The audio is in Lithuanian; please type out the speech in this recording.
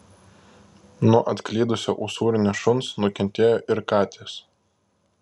nuo atklydusio usūrinio šuns nukentėjo ir katės